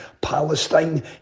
palestine